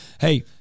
Hey